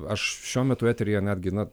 aš šiuo metu eteryje netgi na